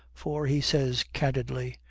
for he says candidly,